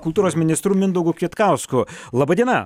kultūros ministru mindaugu kvietkausku laba diena